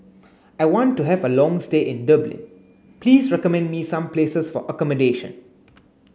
I want to have a long stay in Dublin please recommend me some places for accommodation